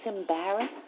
embarrassed